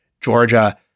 Georgia